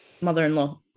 mother-in-law